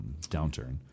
downturn